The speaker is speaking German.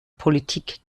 politik